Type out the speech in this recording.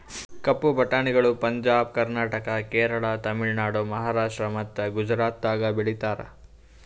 ಕಪ್ಪು ಬಟಾಣಿಗಳು ಪಂಜಾಬ್, ಕರ್ನಾಟಕ, ಕೇರಳ, ತಮಿಳುನಾಡು, ಮಹಾರಾಷ್ಟ್ರ ಮತ್ತ ಗುಜರಾತದಾಗ್ ಬೆಳೀತಾರ